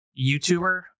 youtuber